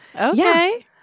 Okay